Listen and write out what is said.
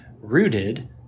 rooted